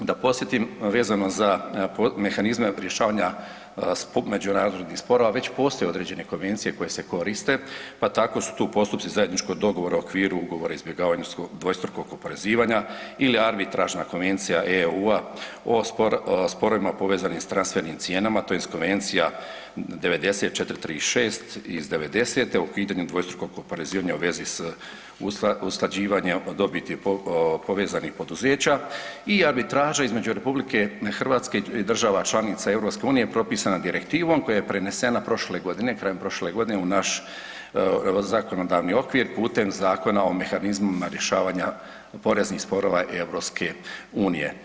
Da podsjetim, vezano za mehanizme rješavanja međunarodnih sporova već postoje određene konvencije koje se koriste, pa tako su tu postupci zajedničkog dogovora u okviru ugovora o izbjegavanja dvostrukog oporezivanja ili arbitražna konvencija EU-a o sporovima povezanim s transfernim cijenama tj. Konvencija 90436 iz '90. o ukidanju dvostrukog oporezivanja u vezi s usklađivanjem dobiti povezanih poduzeća i arbitraža između RH i država članica EU propisana direktivom koja je prenesena prošle godine, krajem prošle godine u naš zakonodavni okvir putem Zakona o mehanizmima rješavanja poreznih sporova EU.